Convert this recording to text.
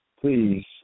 please